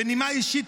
בנימה אישית,